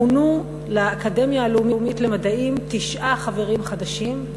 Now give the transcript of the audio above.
מונו לאקדמיה הלאומית למדעים תשעה חברים חדשים,